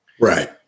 Right